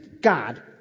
God